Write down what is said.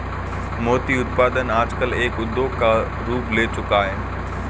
मोती उत्पादन आजकल एक उद्योग का रूप ले चूका है